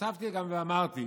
הוספתי גם ואמרתי: